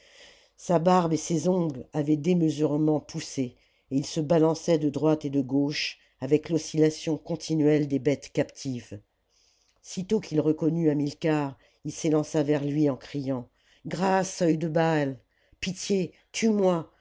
sa barbe et ses ongles avaient démesurément poussé et il se balançait de droite et de gauche avec l'oscillation contmuelle des bêtes captives sitôt qu'il reconnut hamilcar il s'élança vers lui en criant grâce œil de baal pitié tue-moi